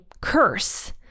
curse